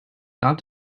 god